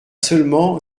seulement